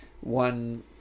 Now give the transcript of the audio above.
one